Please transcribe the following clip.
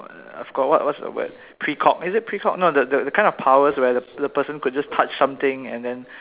uh I forgot what what what's the word precog is it precog no no no the the kind of powers where the the person could just touch something and then